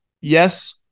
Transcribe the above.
Yes